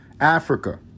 Africa